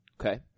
Okay